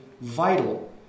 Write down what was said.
vital